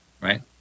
right